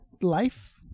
life